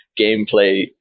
gameplay